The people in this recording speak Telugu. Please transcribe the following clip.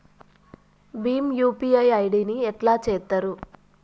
భీమ్ యూ.పీ.ఐ ఐ.డి ని ఎట్లా చేత్తరు?